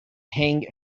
hang